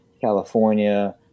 California